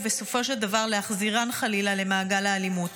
ובסופו של דבר להחזירן למעגל האלימות,